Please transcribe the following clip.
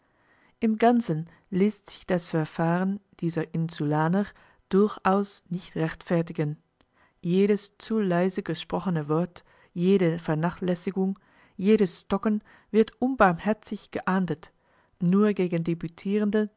im ganzen läßt sich das verfahren dieser insulaner durchaus nicht rechtfertigen jedes zu leise gesprochene wort jede vernachlässigung jedes stocken wird unbarmherzig geahndet nur gegen